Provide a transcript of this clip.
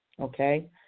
Okay